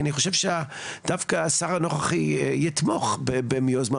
כי אני חושב שדווקא השר הנוכחי יתמוך ביוזמה